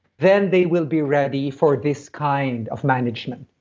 then they will be ready for this kind of management.